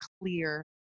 clear